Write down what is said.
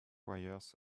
wires